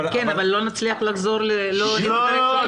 אבל לא נצטרך לחזור ל --- לא,